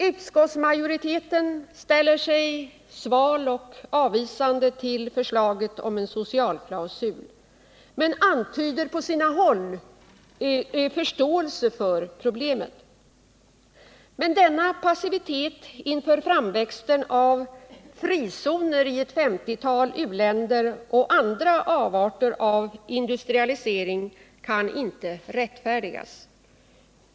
Utskottsmajoriteten ställer sig sval och avvisande till förslaget om en socialklausul men antyder på sina håll förståelse för problemet. Men denna passivitet inför framväxten av frizoner i ett femtiotal u-länder och andra avarter av industrialisering kan inte rättfärdigas.